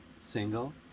single